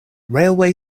railway